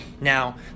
Now